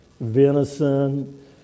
Venison